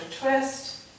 twist